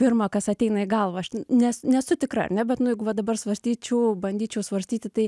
pirma kas ateina į galvą aš nes nesu tikra ar ne bet nu jeigu va dabar svarstyčiau bandyčiau svarstyti tai